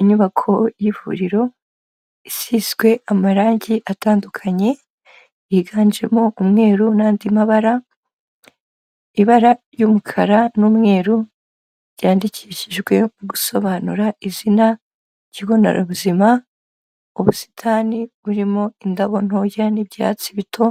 Inyubako y'ivuriro isizwe amarangi atandukanye higanjemo umweru n'andi mabara, ibara ry'umukara n'umweru byandikishijwe mu gusobanura izina ry'ikigo nderabuzima, ubusitani burimo indabo ntoya n'ibyatsi bito,